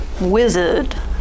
wizard